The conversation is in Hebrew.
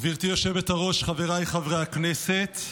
גברתי היושבת-ראש, חבריי חברי הכנסת,